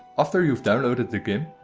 after you've downloaded the game,